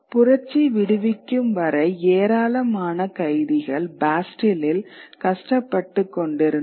புரட்சி விடுவிக்கும் வரை ஏராளமான கைதிகள் பாஸ்டில்லில் கஷ்டப்பட்டுக்கொண்டிருந்தனர்